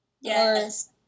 Yes